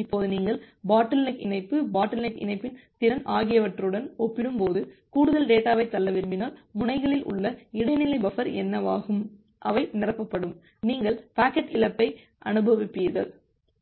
இப்போது நீங்கள் பாட்டில்நெக் இணைப்பு பாட்டில்நெக் இணைப்பின் திறன் ஆகியவற்றுடன் ஒப்பிடும்போது கூடுதல் டேட்டாவைத் தள்ள விரும்பினால் முனைகளில் உள்ள இடைநிலை பஃபர் என்னவாகும் அவை நிரப்பப்படும் நீங்கள் பாக்கெட் இழப்பை அனுபவிப்பீர்கள்